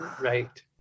right